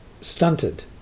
stunted